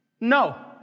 no